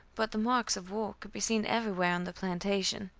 but the marks of war could be seen everywhere on the plantation.